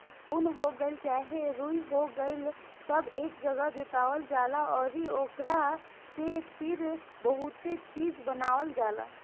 उन हो गइल चाहे रुई हो गइल सब एक जागह जुटावल जाला अउरी ओकरा से फिर बहुते चीज़ बनावल जाला